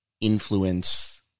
influence